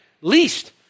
Least